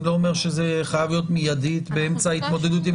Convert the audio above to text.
אני לא אומר שזה חייב להיות מיידית באמצע ההתמודדות.